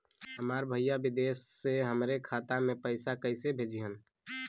हमार भईया विदेश से हमारे खाता में पैसा कैसे भेजिह्न्न?